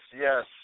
yes